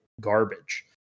garbage